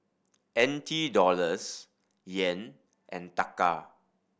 N T Dollars Yen and Taka